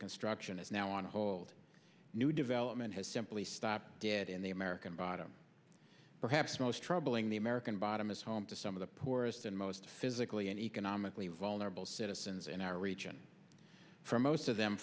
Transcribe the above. construction is now on hold new development has simply stopped dead in the american bottom perhaps most troubling the american bottom is home to some of the poorest and most physically and economically vulnerable citizens in our region for most of them